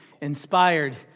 inspired